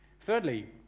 Thirdly